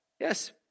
Yes